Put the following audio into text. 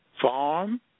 farm